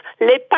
les